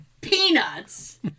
peanuts